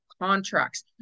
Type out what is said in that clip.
contracts